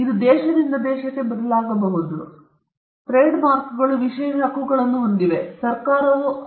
ದೇಶಗಳು ಹೊಂದಿರುವುದರಿಂದ ಇದು ಬದಲಾಗಬಹುದು ಎಲ್ಲಾ ರಾಷ್ಟ್ರಗಳಾದ್ಯಂತ ಹಕ್ಕುಸ್ವಾಮ್ಯ ಪದವು ಒಂದೇ ರೀತಿ ಇರಬೇಕೆಂಬುದು ನಿಮ್ಮ TRIPS ಆದೇಶದಂತೆ ನಾವು ಹೊಂದಿಲ್ಲ ನಮಗೆ ಅದು ಇಲ್ಲ